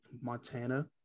Montana